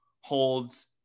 holds